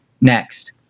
Next